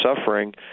suffering